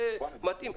זה מתאים.